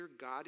God